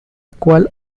cual